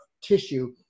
tissue